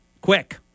Quick